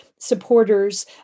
Supporters